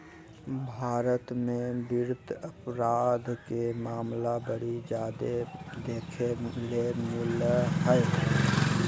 भारत मे वित्त अपराध के मामला बड़ी जादे देखे ले मिलो हय